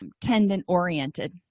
tendon-oriented